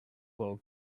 well